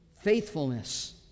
Faithfulness